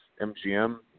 MGM